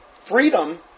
freedom